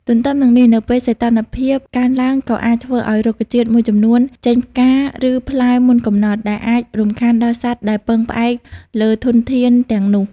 ទទ្ទឹមនឹងនេះ នៅពេលសីតុណ្ហភាពកើនឡើងក៏អាចធ្វើឱ្យរុក្ខជាតិមួយចំនួនចេញផ្កា ឬផ្លែមុនកំណត់ ដែលអាចរំខានដល់សត្វដែលពឹងផ្អែកលើធនធានទាំងនោះ។